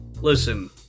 Listen